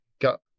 got